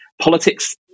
politics